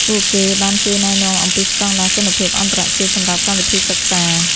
ពួកគេបានជួយណែនាំអំពីស្តង់ដារគុណភាពអន្តរជាតិសម្រាប់កម្មវិធីសិក្សា។